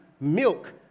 milk